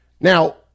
Now